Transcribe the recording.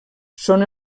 són